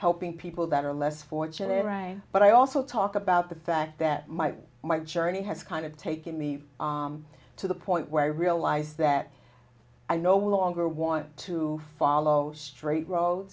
helping people that are less fortunate or i but i also talk about the fact that my my journey has kind of taken me to the point where i realize that i no longer want to follow straight road